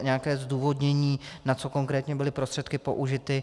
Nějaké zdůvodnění, na co konkrétně byly prostředky použity.